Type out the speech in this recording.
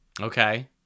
Okay